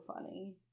funny